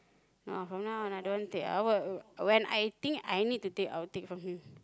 now from now I don't want take I will~ when I think I need to take I will take from him